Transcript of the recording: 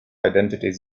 identities